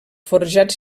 forjats